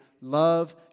Love